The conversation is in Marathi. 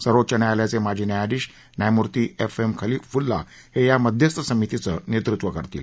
सर्वोच्च न्यायालयाचे माजी न्यायाधीश न्यायमूर्ती एफ एम खलिफूल्ला हे या मध्यस्थ समितीचं नेतृत्व करतील